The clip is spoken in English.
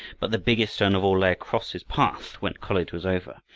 but the biggest stone of all lay across his path when college was over,